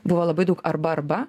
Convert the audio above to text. buvo labai daug arba arba